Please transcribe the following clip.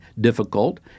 difficult